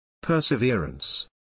Perseverance